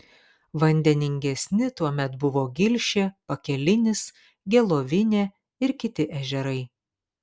vandeningesni tuomet buvo gilšė pakelinis gelovinė ir kiti ežerai